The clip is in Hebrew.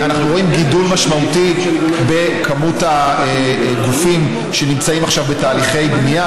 אנחנו רואים גידול משמעותי בכמות הגופים שנמצאים עכשיו בתהליכי בנייה.